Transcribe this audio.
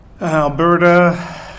alberta